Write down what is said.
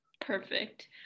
Perfect